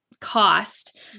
cost